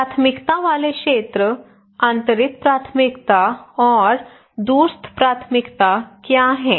प्राथमिकता वाले क्षेत्र अंतरित प्राथमिकता और दूरस्थ प्राथमिकता क्या हैं